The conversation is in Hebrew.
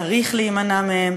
צריך להימנע מהם.